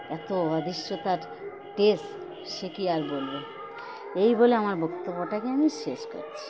এত অদৃশ্যতার টেস্ট সে কী আর বলব এই বলে আমার বক্তব্যটাকে আমি শেষ করছি